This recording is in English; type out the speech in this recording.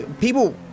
people